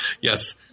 Yes